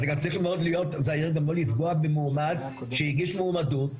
אני צריך להיות זהיר מאד לא לפגוע במועמד שהגיש מועמדות,